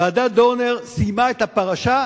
ועדת-דורנר סיימה את הפרשה,